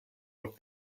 with